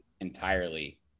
entirely